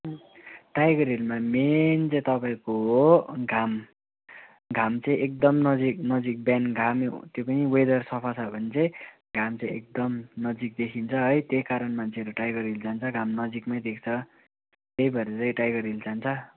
tiger हिलमा main चाहिँ तपाईँको हो घाम घाम चाहिँ एकदम नजिक नजिक बिहान घाम त्यो पनि वेदर सफा छ भने चाहिँ घाम चाहिँ एकदम नजिक देखिन्छ है त्यही कारण मान्छेहरू टाइगर हिल जान्छ घाम नजिकमै देख्छ त्यही भएर चाहिँ टाइगर हिल जान्छ